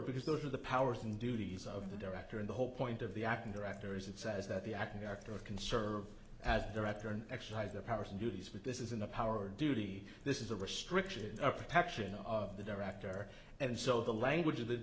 because those are the powers and duties of the director and the whole point of the acting director is it says that the acting director of conserve as director and exercise their powers and duties but this isn't a power duty this is a restriction or protection of the director and so the language